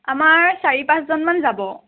আমাৰ চাৰি পাঁচজনমান যাব